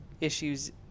issues